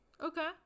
Okay